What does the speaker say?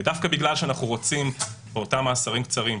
ודווקא בגלל שאנחנו רוצים באותם מאסרים קצרים,